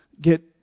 get